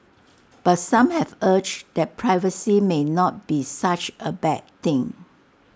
but some have urge that piracy may not be such A bad thing